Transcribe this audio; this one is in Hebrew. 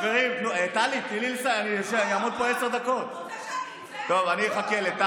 תוציא אותו החוצה.